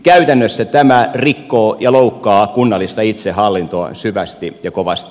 käytännössä tämä rikkoo ja loukkaa kunnallista itsehallintoa syvästi ja kovasti